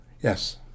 Yes